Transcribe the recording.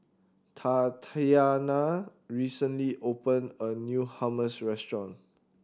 Tatianna recently opened a new Hummus Restaurant